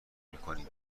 میکنیم